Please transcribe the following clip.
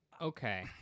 Okay